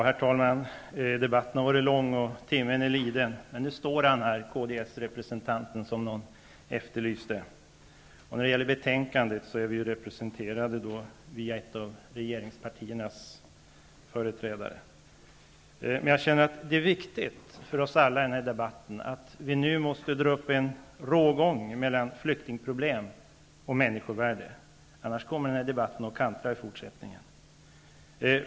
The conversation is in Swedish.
Herr talman! Debatten har varit lång, och timmen är sen, men nu står han här kds-representanten som någon efterlyste. När det gäller betänkandet är vi representerade genom en av regeringspartiernas företrädare. Men jag känner att det är viktigt för oss alla i denna debatt att dra upp en rågång mellan flyktingproblem och människovärde, annars kommer denna debatt att kantra i fortsättningen.